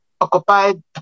occupied